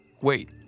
Wait